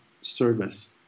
service